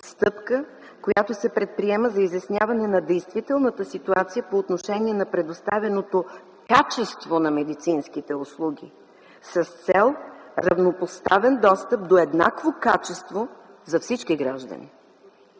стъпка, която се предприема за изясняване на действителната ситуация по отношение на предоставеното качество на медицинските услуги, с цел равнопоставен достъп до еднакво качество за всички граждани.